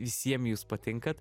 visiem jūs patinkat